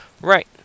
Right